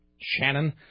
Shannon